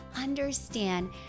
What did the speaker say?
understand